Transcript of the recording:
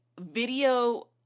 video